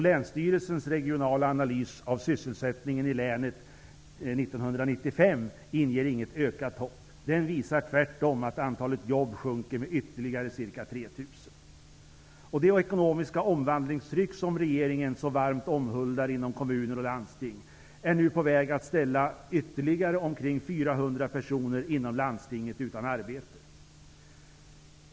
Länsstyrelsens regionala analys av sysselsättningen i länet 1995 inger inget ökat hopp. Den visar tvärtom att antalet jobb minskar med ytterligare ca Det ekonomiska omvandlingstryck som regeringen så varmt omhuldar inom kommuner och landsting är nu på väg att ställa ytterligare omkring 400 personer inom landstinget utan arbete.